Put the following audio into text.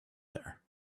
there